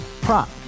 Prop